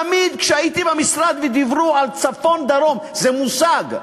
תמיד כשהייתי במשרד ודיברו על צפון דרום, זה מושג.